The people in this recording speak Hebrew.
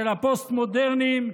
של הפוסט-מודרניים,